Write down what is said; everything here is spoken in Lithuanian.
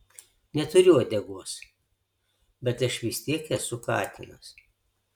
neturiu uodegos bet aš vis tiek esu katinas